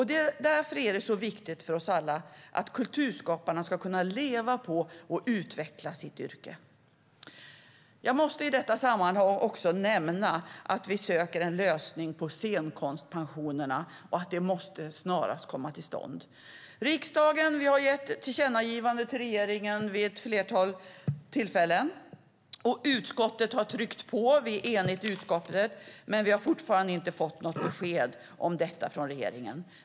Därför är det viktigt för oss alla att kulturskaparna kan leva på och utveckla sitt yrke. Jag måste i detta sammanhang nämna att vi söker en lösning på scenkonstpensionerna och att den snarast måste komma till stånd. Riksdagen har vid ett flertal tillfällen gett tillkännagivanden till regeringen. Utskottet har tryckt på - vi är ett enigt utskott - men vi har fortfarande inte fått något besked om detta från regeringen.